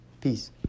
Peace